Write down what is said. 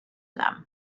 them